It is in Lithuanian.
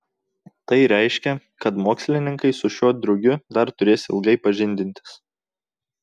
tai reiškia kad mokslininkai su šiuo drugiu dar turės ilgai pažindintis